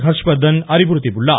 ஹர்ஷவர்த்தன் அறிவுறுத்தியுள்ளார்